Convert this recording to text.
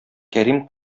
кәрим